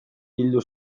bildu